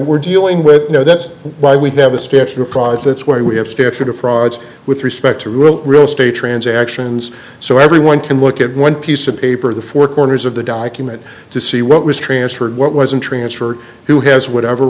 we're dealing with you know that's why we have a special prize that's why we have statute of frauds with respect to real real estate transactions so everyone can look at one piece of paper the four corners of the document to see what was transferred what wasn't transfer who has whatever